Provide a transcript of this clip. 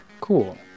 Cool